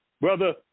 brother